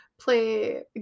play